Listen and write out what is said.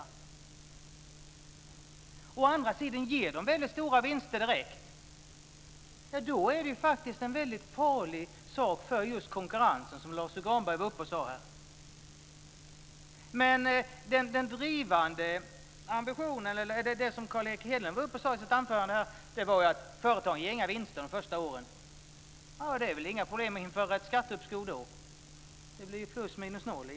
Om de å andra sidan ger väldigt stora vinster direkt är det faktiskt en väldigt farlig sak för konkurrensen, som Lars U Granberg sade. Carl Erik Hedlund sade i sitt anförande här att företagen inte ger några vinster de första åren. Då är det väl inga problem att införa ett skatteuppskov? Det blir ju plus minus noll.